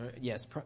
yes